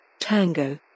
Tango